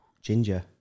Ginger